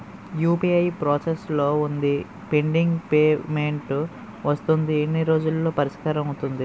UPI process లో వుంది pending payment వస్తుంది ఎన్ని రోజుల్లో పరిష్కారం అవుతుంది